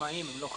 הם לא חלק מהעסק.